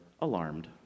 alarmed